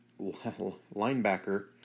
linebacker